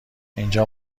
اینجا